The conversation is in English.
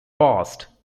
past